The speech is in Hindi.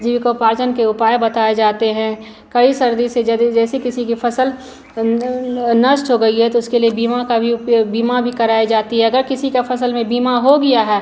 जीविकोपार्जन के उपाय बताए जाते हैं कई सर्दी से यदि जैसे किसी की फ़सल नष्ट हो गई है तो उसके लिए बीमा का भी बीमा भी कराया जाता है अगर किसी की फ़सल में बीमा हो गया है